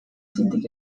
txintik